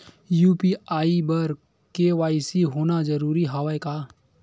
UPI बर KYC होना जरूरी हवय का?